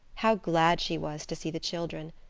how glad she was to see the children!